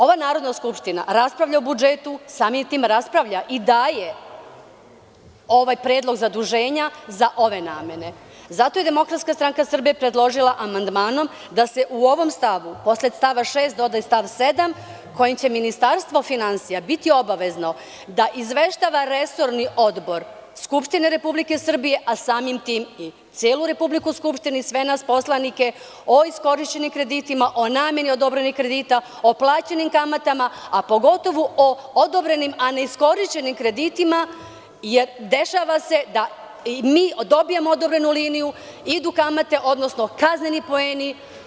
Ova Narodna skupština raspravlja o budžetu, samim tim raspravlja i daje ovaj Predlog zaduženja za ove namene i zato je DSS predložila amandmanom da se u ovom stavu posle stava 6. doda stav 7. kojim će Ministarstvo finansija biti obavezno da izveštava resorni odbor Skupštine Republike Srbije, a samim tim i celu Skupštinu i sve nas poslanike o iskorišćenim kreditima, o nameni odobrenih kredita, o plaćenim kamatama, a pogotovo o odobrenim, a neiskorišćenim kreditima, jer se dešava da mi dobijemo odobrenu liniju, idu kamate, odnosno kazneni poeni.